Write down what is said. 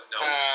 no